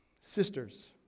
Sisters